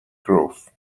growth